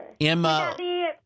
Emma